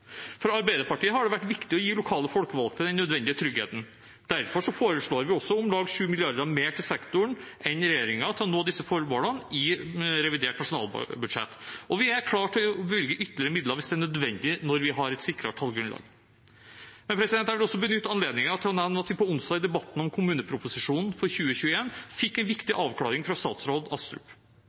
For Arbeiderpartiet har det vært viktig å gi lokale folkevalgte den nødvendige tryggheten. Derfor foreslår vi også om lag 7 mrd. kr mer enn regjeringen til sektoren for å oppnå disse formålene i revidert nasjonalbudsjett, og vi er klar til å bevilge ytterligere midler hvis det er nødvendig når vi har et sikret grunnlag. Jeg vil også benytte anledningen til å nevne at vi i debatten på onsdag om kommuneproposisjonen for 2021 fikk en viktig avklaring fra statsråd Astrup.